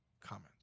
comment